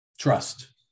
Trust